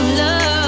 love